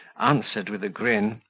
answered, with a grin,